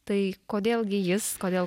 tai kodėl gi jis kodėl